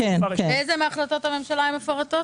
באיזה מהחלטות הממשלה הם מפורטים?